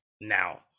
now